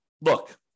look